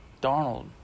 Donald